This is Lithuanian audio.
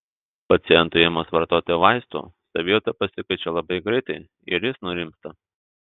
pacientui ėmus vartoti vaistų savijauta pasikeičia labai greitai ir jis nurimsta